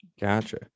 Gotcha